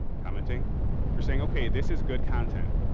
commenting they're saying okay, this is good content,